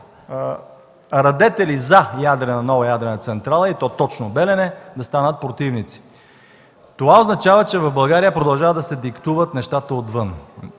радетели за нова ядрена централа, и то точно „Белене”, да станат противници. Това означава, че в България нещата продължават да се диктуват отвън.